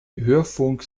hörfunk